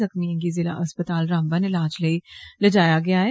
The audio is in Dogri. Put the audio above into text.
जखमिएं गी जिला अस्पताल रामबन इलाज लेई पेजया गेया ऐ